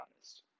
honest